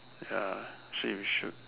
ya see we should